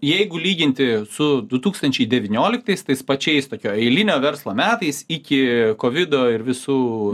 jeigu lyginti su du tūkstančiai devynioliktais tais pačiais tokio eilinio verslo metais iki kovido ir visų